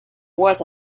was